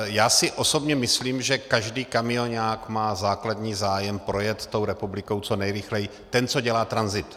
Já si osobně myslím, že každý kamioňák má základní zájem projet tou republikou co nejrychleji, ten, co dělá tranzit.